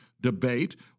debate